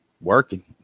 working